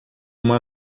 uma